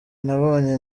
nabonye